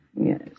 Yes